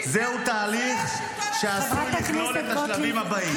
זה תהליך שעשוי לכלול את השלבים הבאים.